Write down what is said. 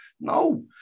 No